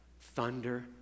thunder